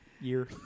year